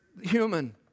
human